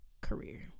career